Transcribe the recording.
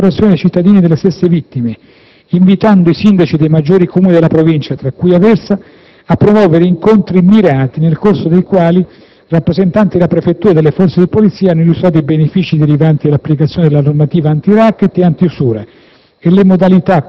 chiesta la collaborazione dei cittadini e delle stesse vittime, invitando i Sindaci dei maggiori Comuni della Provincia, tra cui Aversa, a promuovere incontri mirati, nel corso dei quali rappresentanti della prefettura e delle Forze di polizia hanno illustrato i benefici derivanti dall'applicazione della normativa antiracket ed antiusura